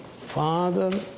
father